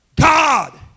God